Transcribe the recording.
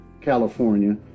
California